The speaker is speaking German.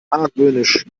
argwöhnisch